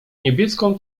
niebieską